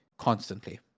constantly